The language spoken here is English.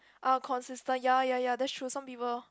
ah consistent ya ya ya that's true some people